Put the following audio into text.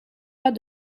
pas